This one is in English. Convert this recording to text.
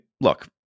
Look